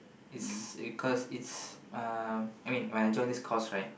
it's cause it's um I mean when I joined this course right